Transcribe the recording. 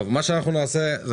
מה שאנחנו נעשה,